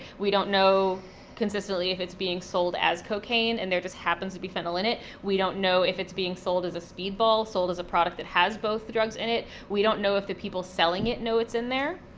we don't know consistently if it's being sold as cocaine, and there just happens to be fentanyl in it. we don't know if it's being sold as a speedball, sold as a product that has both the drugs in it. we don't know if the people selling it know it's in there.